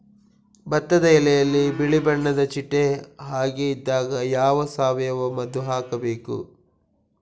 ಭತ್ತದ ಎಲೆಯಲ್ಲಿ ಬಿಳಿ ಬಣ್ಣದ ಚಿಟ್ಟೆ ಹಾಗೆ ಇದ್ದಾಗ ಯಾವ ಸಾವಯವ ಮದ್ದು ಹಾಕಬೇಕು?